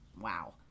wow